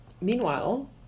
Meanwhile